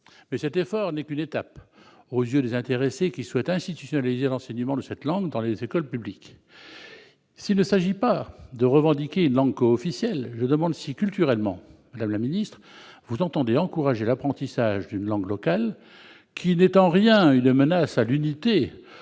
cet effort n'est qu'une étape aux yeux des intéressés, qui souhaitent institutionnaliser l'enseignement de cette langue dans les écoles publiques. S'il ne s'agit pas de revendiquer une langue co-officielle, je demande si, culturellement, madame la secrétaire d'État, vous entendez encourager l'apprentissage d'une langue locale, qui n'est en rien une menace à l'unité